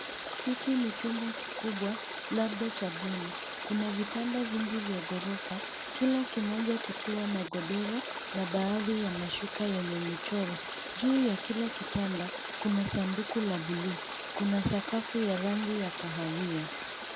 Hiki ni chumba kikubwa labda cha bweni. Kuna vitanda vingi vya ghorofa. Kila kimoja kikiwa na godoro na baadhi ya mashuka yenye michoro. Juu ya kila kitanda kuna sanduku la buluu. Kuna sakafu ya rangi ya kahawia.